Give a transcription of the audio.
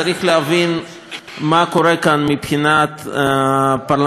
צריך להבין מה קורה כאן מבחינה פרלמנטרית.